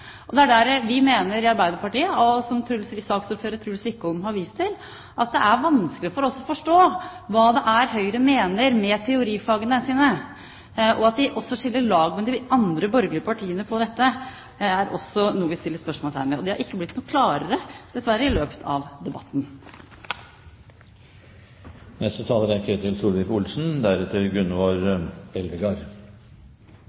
Arbeiderpartiet synes, som saksordføreren, Truls Wickholm, har vist til, at det er vanskelig for oss å forstå hva Høyre mener med teorifagene sine. Og hvorfor de skiller lag med de andre borgerlige partiene her, er også noe vi setter spørsmålstegn ved. Det har ikke blitt noe klarere, dessverre, i løpet av debatten. Det er to temaer som jeg vil følge opp litt. Det ene er